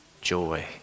joy